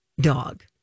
dog